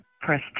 press